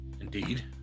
Indeed